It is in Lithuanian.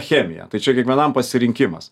chemija tai čia kiekvienam pasirinkimas